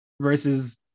versus